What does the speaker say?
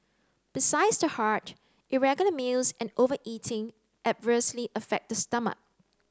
besides the heart irregular meals and overeating adversely affect the stomach